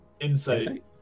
insight